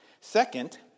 Second